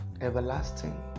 everlasting